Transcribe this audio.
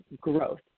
growth